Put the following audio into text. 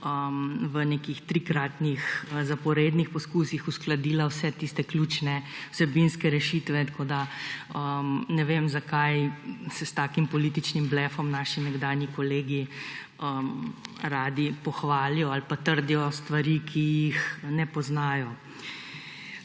v trikratnih zaporednih poizkusih uskladila vse tiste ključne vsebinske rešitve, tako da ne vem, zakaj se s takšnim političnim blefom naši nekdanji kolegi radi pohvalijo ali pa trdijo stvari, ki jih ne poznajo.